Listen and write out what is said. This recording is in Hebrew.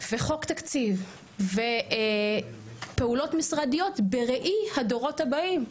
וחוק תקציב, ופעולות משרדיות בראי הדורות הבאים,